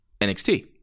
NXT